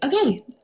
okay